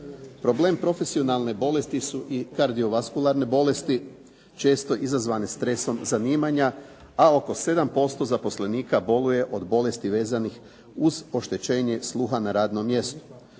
Problem profesionalne bolesti su i kardiovaskularne bolesti, često izazvane stresom zanimanja a oko 7% zaposlenika boluje od bolesti vezanih uz oštećenje sluha na radom mjestu.